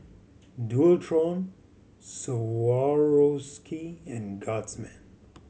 Dualtron Swarovski and Guardsman